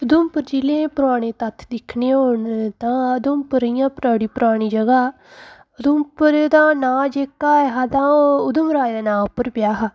उधमपुर जिले पराने तत्थ दिक्खने होन तां उधमपुर इ'यां परानी परानी जगह् उधमपुर दा नांऽ जेह्का हा ते ओह् उधम राजा दे नांऽ पर पेआ हा